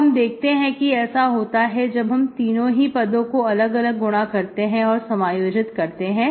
तो हम देखते हैं कि ऐसा होता है जब हम तीनों ही पदों को अलग अलग गुणा करते हैं और समायोजित करते हैं